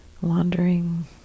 wandering